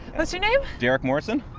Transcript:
what's your name? derek morson.